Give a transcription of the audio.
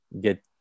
get